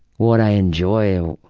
what i enjoy.